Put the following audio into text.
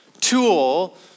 tool